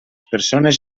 persones